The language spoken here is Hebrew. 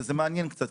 זה מעניין קצת,